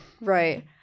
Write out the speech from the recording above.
Right